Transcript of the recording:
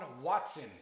watson